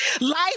Life